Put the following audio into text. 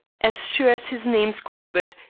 as sure as his name's corbett,